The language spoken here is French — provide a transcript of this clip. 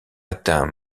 atteint